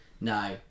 No